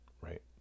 right